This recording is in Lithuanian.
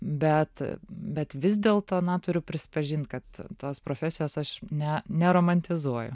bet bet vis dėlto na turiu prisipažint kad tos profesijos aš ne neromantizuoju